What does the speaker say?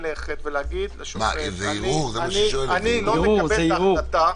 אני לא מקבל את ההחלטה.